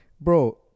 Bro